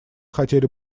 хотели